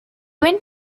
went